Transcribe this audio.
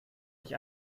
ich